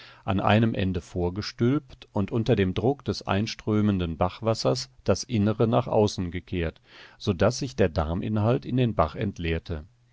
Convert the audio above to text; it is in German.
an einem ende vorgestülpt und unter dem druck des einströmenden bachwassers das innere nach außen gekehrt so daß sich der darminhalt in den bach entleerte